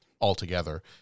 altogether